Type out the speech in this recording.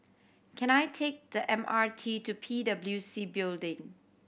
can I take the M R T to P W C Building